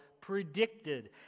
predicted